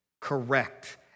correct